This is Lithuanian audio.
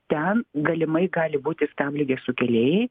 ten galimai gali būti stabligės sukėlėjai